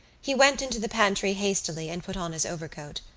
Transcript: he went into the pantry hastily and put on his overcoat.